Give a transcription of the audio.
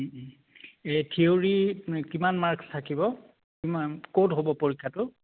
এই থিয়ৰী কিমান মাৰ্কছ্ থাকিব কিমান ক'ত হ'ব পৰীক্ষাটো